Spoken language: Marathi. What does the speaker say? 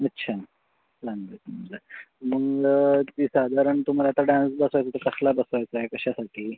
अच्छा चांगलं आहे चांगलं आहे मग ती साधारण तुम्हाला आता डान्स बसवायचा आहे तर कसला बसवायचा आहे कशासाठी